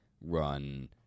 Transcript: run –